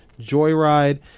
Joyride